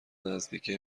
نزدیکه